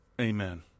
Amen